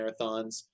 marathons